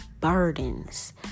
Burdens